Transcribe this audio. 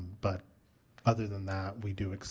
but other than that we do